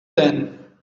then